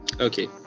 Okay